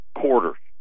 quarters